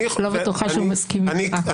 אני לא בטוחה שהוא מסכים איתך.